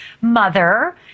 mother